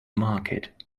market